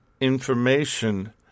information